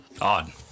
Odd